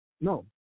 No